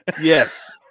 Yes